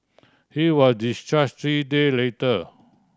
he were discharge three day later